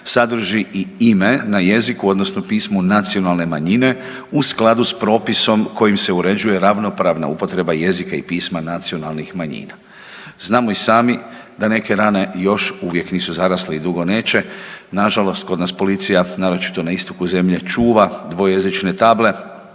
sadrži i ime na jeziku odnosno pismu nacionalne manjine u skladu s propisom koji se uređuje ravnopravna upotreba jezika ili pisma nacionalnih manjina. Znamo i sami da neke rane još uvijek nisu zarasle i dugo neće, nažalost kod nas policija, naročito na istoku zemlje čuva dvojezične table.